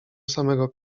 samego